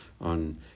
on